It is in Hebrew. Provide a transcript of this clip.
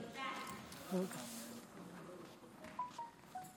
דווקא את זה היה צריך להוריד.